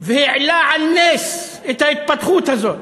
והעלה על נס את ההתפתחות הזאת.